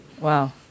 Wow